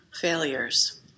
failures